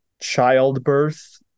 childbirth